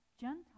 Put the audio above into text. Gentile